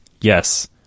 Yes